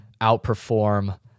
outperform